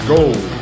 Gold